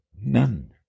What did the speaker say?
None